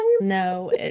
No